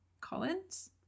Collins